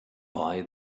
buy